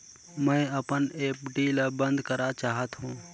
मैं अपन एफ.डी ल बंद करा चाहत हों